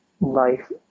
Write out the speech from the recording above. Life